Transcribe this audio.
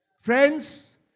Friends